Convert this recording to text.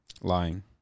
Lying